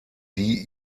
die